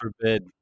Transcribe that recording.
forbid